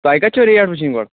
تۄہہِ کَتہِ چھ ریٹھ وٕچھِنۍ گۄڈٕ